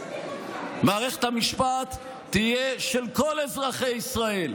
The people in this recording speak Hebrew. מערכת המשפט תהיה של כל אזרחי ישראל,